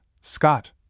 Scott